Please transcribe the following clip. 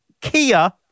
Kia